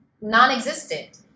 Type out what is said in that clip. non-existent